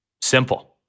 Simple